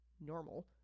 normal